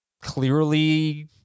clearly